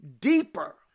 deeper